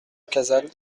casals